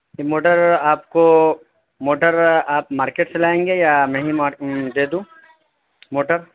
یہ موٹر آپ کو موٹر آپ مارکیٹ سے لائیں گے یا میں ہی دے دوں موٹر